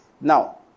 Now